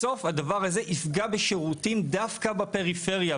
בסוף הדבר הזה יפגע בשירותים דווקא בפריפריה.